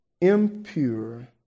impure